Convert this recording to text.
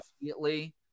immediately